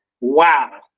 wow